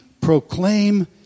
proclaim